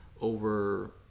over